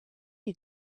you